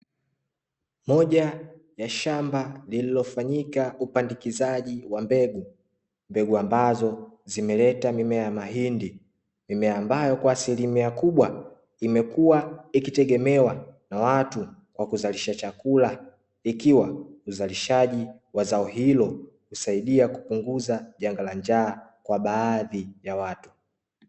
Moja ya shamba lililofanyika upandikizaji wa mbegu. Mbegu ambazo zimeleta mimea ya mahindi, mimea ambayo kwa asilimia kubwa imekuwa ikitegemewa na watu kwa kuzalisha chakula, ikiwa uzalishaji wa zao hilo husaidia kupunguza janga la njaa kwa baadhi ya watu.